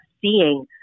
seeing